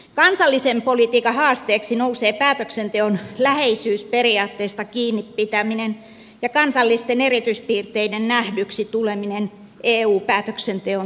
kansallisen politiikan haasteeksi nousee päätöksenteon läheisyysperiaatteesta kiinni pitäminen ja kansallisten erityispiirteiden nähdyksi tuleminen eu päätöksenteon tasolla